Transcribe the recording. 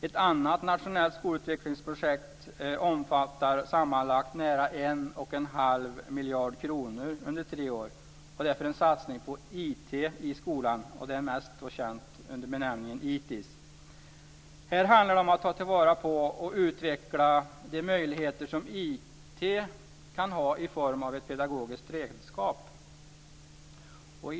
Ett annat nationellt skolutvecklingsprojekt omfattar sammanlagt nära en och en halv miljard kronor under tre år för en satsning på IT i skolan, mest känd under benämningen ITiS. Här handlar det om att ta till vara och utveckla de möjligheter som IT kan ha i form av ett pedagogiskt redskap.